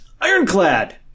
ironclad